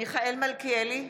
מיכאל מלכיאלי,